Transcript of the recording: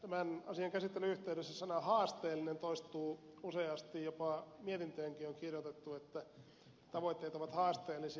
tämän asian käsittelyn yhteydessä sana haasteellinen toistuu useasti jopa mietintöönkin on kirjoitettu että tavoitteet ovat haasteellisia